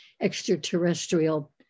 extraterrestrial